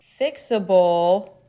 fixable